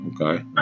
okay